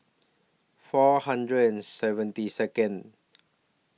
four hundred and seventy Second